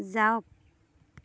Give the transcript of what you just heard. যাওক